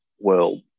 world